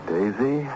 Daisy